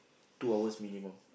two hours minimum